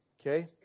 Okay